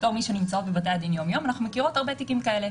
כמי שנמצאות בבתי הדין יום-יום אנחנו מכירות הרבה תיקים כאלה,